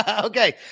Okay